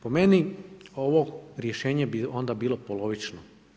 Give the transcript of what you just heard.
Po meni ovo rješenje bi onda bilo polovično.